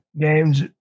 games